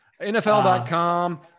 NFL.com